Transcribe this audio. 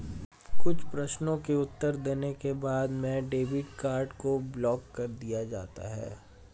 कुछ प्रश्नों के उत्तर देने के बाद में डेबिट कार्ड को ब्लाक कर दिया जाता है